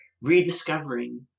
rediscovering